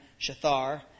Shathar